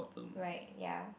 right ya